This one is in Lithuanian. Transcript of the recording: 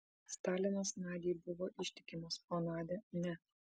stalinas nadiai buvo ištikimas o nadia ne